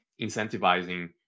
incentivizing